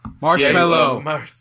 Marshmallow